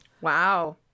Wow